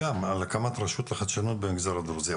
גם על הקמת הרשות לחדשות במגזר הדרוזי,